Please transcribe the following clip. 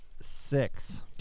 Six